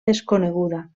desconeguda